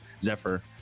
Zephyr